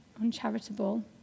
uncharitable